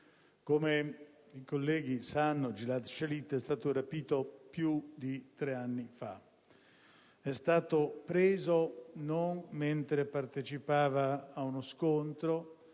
Come i colleghi sanno, Gilad Shalit è stato rapito più di tre anni fa. È stato preso non mentre partecipava ad uno scontro,